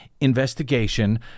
investigation